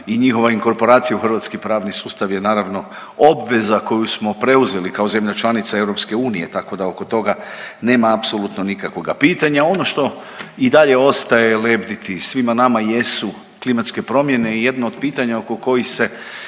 i njihova inkorporacija u hrvatski pravni sustav je naravno obveza koju smo preuzeli kao zemlja članica EU tako da oko toga nema apsolutno nikakvoga pitanja. Ono što i dalje ostaje lebditi svima nama jesu klimatske promjene i jedno od pitanja oko kojih se